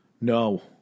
No